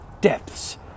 depths